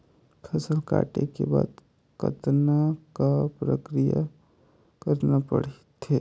फसल काटे के बाद कतना क प्रक्रिया करना पड़थे?